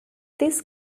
this